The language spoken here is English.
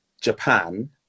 Japan